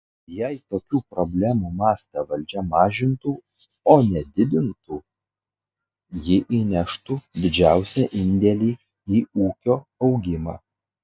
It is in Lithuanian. jei tokių problemų mastą valdžia mažintų o ne didintų ji įneštų didžiausią indėlį į ūkio augimą